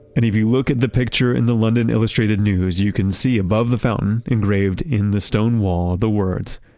and if you look at the picture in the london illustrated news, you can see above the fountain engraved in the stonewall the words,